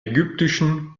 ägyptischen